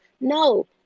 No